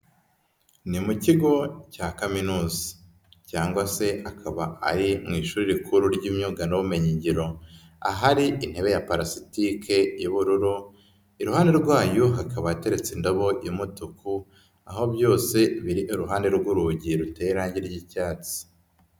Ni mu kigo cya Kaminuza. Cyangwa se akaba ari mu ishuri rikuru ry'imyuga n'ubumenyingiro, ahari intebe ya parasitike y'ubururu, iruhande rwayo hakaba ateretse indabo imutuku, aho byose biri iruhande rw'urugi ruteye irange ry'icyatsi.